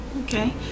Okay